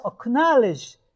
acknowledge